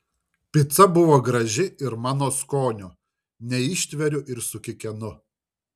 pica buvo graži ir mano skonio neištveriu ir sukikenu